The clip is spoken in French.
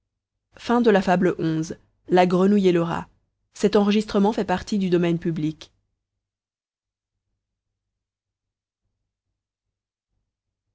la grenouille et le rat